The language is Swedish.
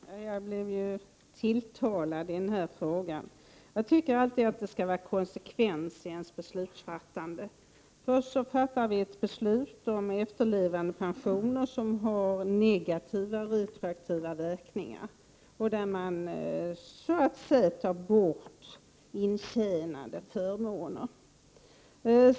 Herr talman! Jag blev ju tilltalad i den här frågan. Jag tycker att det skall vara konsekvensi ens beslutsfattande. Först fattar vi ett beslut om efterlevandepensioner som har negativa retroaktiva verkningar, där man så att säga tar bort intjänade förmåner.